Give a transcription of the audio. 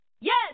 Yes